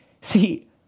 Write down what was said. See